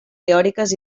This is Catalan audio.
teòriques